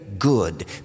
good